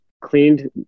cleaned